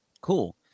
Cool